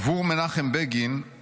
"עבור מנחם בגין,